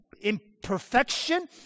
imperfection